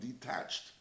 detached